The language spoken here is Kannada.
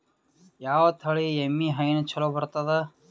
ಯಾವ ತಳಿ ಎಮ್ಮಿ ಹೈನ ಚಲೋ ಬರ್ತದ?